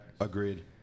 Agreed